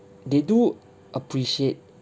they do appreciate